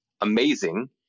amazing